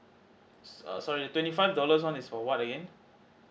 so~ err sorry twenty five dollars one is for what again